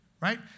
right